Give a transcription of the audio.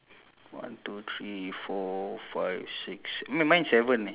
but it's the same thing lah it's it's the still the same guy jumping